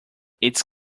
its